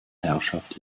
herrschaft